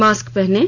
mask पहनें